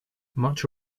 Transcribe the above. much